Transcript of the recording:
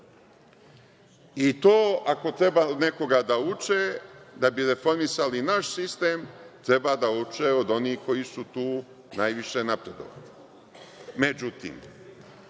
i to ako treba nekoga da uče da bi reformisali naš sistem treba da uče od onih koji su tu najviše napredovali. Međutim,